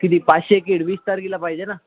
किती पाचशे किती वीस तारखेला पाहिजे ना